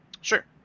Sure